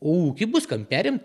o ūkį bus kam perimt